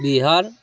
Bihar